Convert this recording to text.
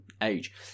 age